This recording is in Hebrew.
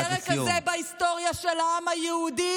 את הפרק הזה בהיסטוריה של העם היהודי,